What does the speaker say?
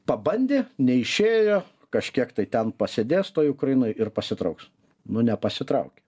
pabandė neišėjo kažkiek tai ten pasėdės toj ukrainoj ir pasitrauks nu nepasitraukė